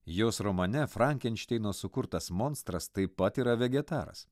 jos romane frankenšteino sukurtas monstras taip pat yra vegetaras